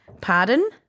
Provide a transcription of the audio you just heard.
Pardon